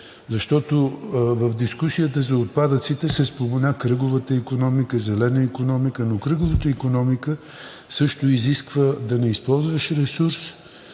В дискусията за отпадъците се спомена кръговата икономика, зелената икономика. Но кръговата икономика също изисква да не използваш ресурс